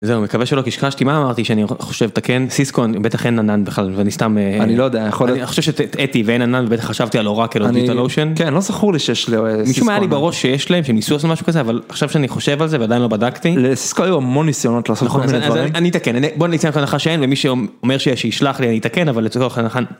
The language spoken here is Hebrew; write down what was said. זה מקווה שלא קשקשתי מה אמרתי שאני חושב תקן סיסקו בטח אין ענן בכלל ואני סתם אני לא יודע אני חושב שהטעתי ואין ענן וחשבתי על אורקל או דיגיטל אושן, כן לא זוכר לי שיש משום מה היה לי בראש שיש להם שהם ניסו לעשות משהו כזה אבל עכשיו שאני חושב על זה ועדיין לא בדקתי לסיסקו היו המון ניסיונות לעשות כל מיני דברים אני אתקן בוא נצא מנקודת הנחה שאין ומי שאומר שיש שישלח לי אני אתקן אבל לצורך ההנחה.